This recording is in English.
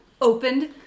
opened